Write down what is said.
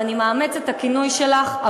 ואני מאמצת את הכינוי שלך,